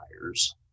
tires